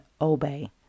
obey